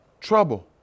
trouble